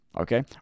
Okay